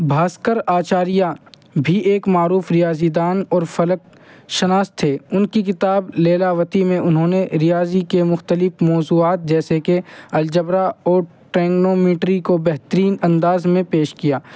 بھاسکر آچاریہ بھی ایک معروف ریاضی دان اور فلک شناس تھے ان کی کتاب لیلاوتی میں انہوں نے ریاضی کے مختلف موضوعات جیسے کہ الجبرا اور ٹینگنومیٹری کو بہترین انداز میں پیش کیا